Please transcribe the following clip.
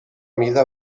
mida